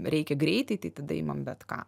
reikia greitai tai tada imam bet ką